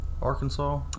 Arkansas